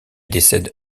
décède